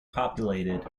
populated